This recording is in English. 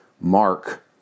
Mark